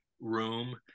room